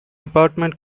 apartment